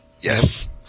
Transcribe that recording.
Yes